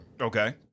Okay